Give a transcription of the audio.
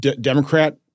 Democrat